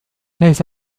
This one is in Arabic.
ليس